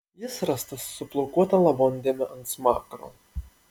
jis rastas su plaukuota lavondėme ant smakro